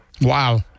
Wow